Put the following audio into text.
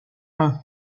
nom